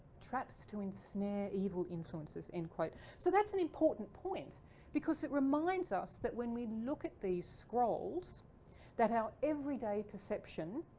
traps to ensnare evil influences, end quote. so that's an important point because it reminds us that when we look at these scrolls that our everyday perception,